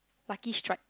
Lucky Strike